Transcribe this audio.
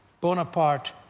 Bonaparte